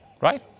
right